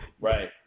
Right